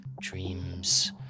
dreams